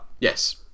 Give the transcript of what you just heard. yes